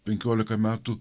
penkiolika metų